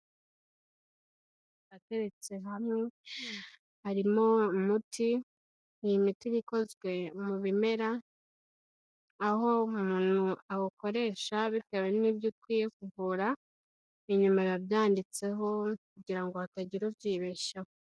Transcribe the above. Ateretse hamwe harimo umuti, iyi imiti iba ikozwe mu bimera, aho umuntu awukoresha bitewe n'ibyo ukwiye ku kuvura, inyuma biba byanditseho kugira ngo hatagira ubyibeshyaho.